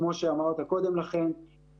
כמו שאמרת קודם לכן,